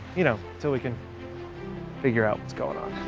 you know, until we can figure out what's going on.